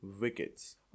wickets